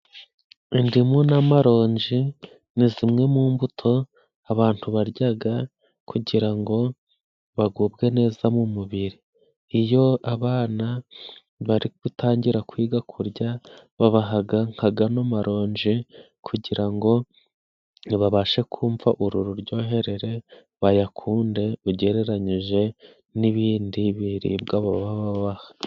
Indimu n'amaronji ni zimwe mu mbuto abantu baryaga kugira ngo bagubwe neza mu mubiri. Iyo abana bari gutangira kwiga kurya babahaga nka gano maronje kugira ngo babashe kumva uru ruryoherere, bayakunde ugereranyije n'ibindi biribwa baba babaha.